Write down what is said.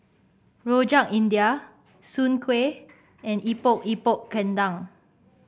Rojak India Soon Kway and Epok Epok Kentang